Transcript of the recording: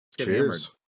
cheers